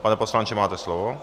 Pane poslanče, máte slovo.